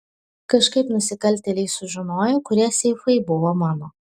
kažkaip nusikaltėliai sužinojo kurie seifai buvo mano